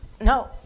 no